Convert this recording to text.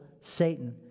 Satan